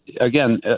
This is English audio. again